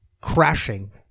crashing